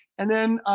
and then,